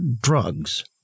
drugs